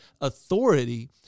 authority